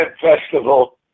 Festival